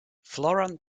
florian